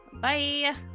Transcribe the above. bye